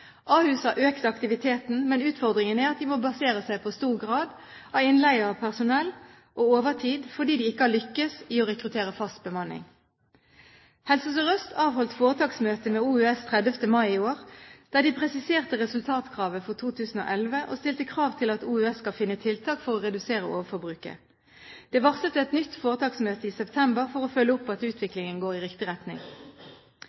Ahus har økt aktiviteten, men utfordringen er at de må basere seg i stor grad på innleie av personell og overtid fordi de ikke har lyktes med å rekruttere fast bemanning. Helse Sør-Øst avholdt foretaksmøte med Oslo universitetssykehus 30. mai i år, der de presiserte resultatkravet for 2011 og stilte krav til at Oslo universitetssykehus skal finne tiltak for å redusere overforbruket. Det er varslet et nytt foretaksmøte i september for å følge opp at